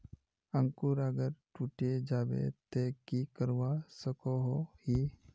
अंकूर अगर टूटे जाबे ते की करवा सकोहो ही?